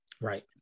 right